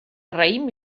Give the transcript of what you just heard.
raïm